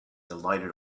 delighted